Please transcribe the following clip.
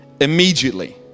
immediately